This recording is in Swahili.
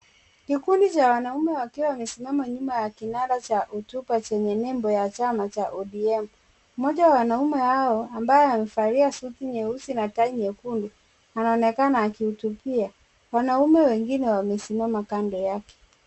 Kikundi cha wanaume wakiwa wamesimama nyuma ya kinara cha hotuba chenye nembo ya chama ya ODM, mmoja wa wanaume hao ambaye amevalia suti nyeusi na tai nyekundu anaonekana akihutubia , wanaume wengine wamesimama kando yake.